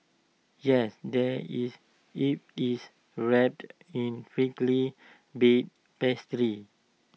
yes there is if it's wrapped in flaky baked pastry